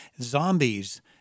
Zombies